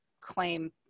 claim